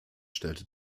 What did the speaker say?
stellte